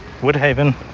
Woodhaven